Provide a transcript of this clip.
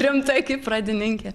rimtai kaip pradininkė